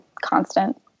constant